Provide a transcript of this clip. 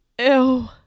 Ew